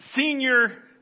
senior